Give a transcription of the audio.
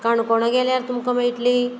काणकोणा गेल्यार तुमकां मेळटली